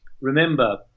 Remember